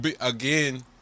again